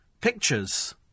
pictures